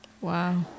Wow